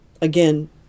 Again